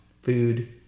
Food